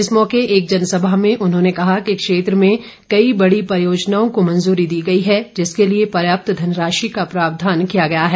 इस मौके एक जनसभा में उन्होंने कहा कि क्षेत्र में कई बड़ी परियोजनाओं को मंजूरी दी गई है जिसके लिए पर्याप्त धनराशि का प्रावधान किया गया है